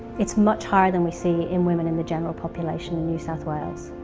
it's much higher than we see in women in the general population in new south wales.